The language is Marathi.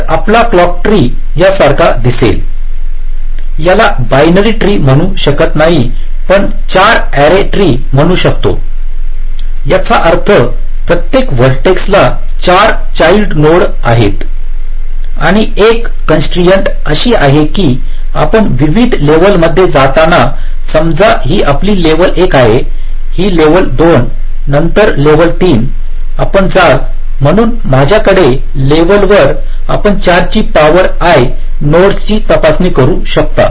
तर आपला क्लॉक ट्री यासारखा दिसेल याला बायनरी ट्री म्हणू शकत नाही पण 4 अॅरी ट्री म्हणू शकतो याचा अर्थ प्रत्येक व्हर्टेक्स ला 4 चाईल्ड नोड्स आहेत आणि 1 कॉन्संट्रेइंट् अशी आहे की आपण विविध लेवल मध्ये जाताना समजा ही आपली लेवल 1 आहे ही लेवल 2 नंतर लेवल 3 आपण जाल म्हणून माझ्याकडे लेवल वर आपण 4 ची पॉवर i नोड्सची तपासणी करू शकता